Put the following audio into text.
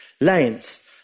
lanes